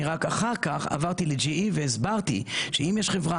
אני רק אחר כך עברתי ל-GE והסברתי שאם יש חברה